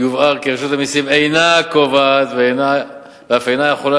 יובהר כי רשות המסים אינה קובעת ואף אינה יכולה